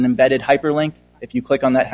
an embedded hyperlink if you click on that